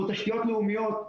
כמו תשתיות לאומיות.